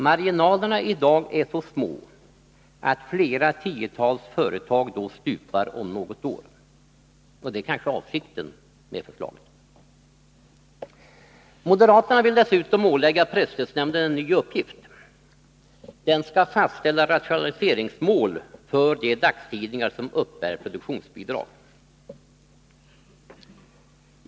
Marginalerna i dag är så små att flera tiotals företag då stupar om något år. Och det är kanske avsikten med förslaget! Moderaterna vill dessutom ålägga presstödsnämnden en ny uppgift. Den skall fastställa rationaliseringsmål för de dagstidningar som uppbär produktionsbidrag.